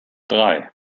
drei